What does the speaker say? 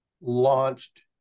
launched